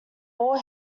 all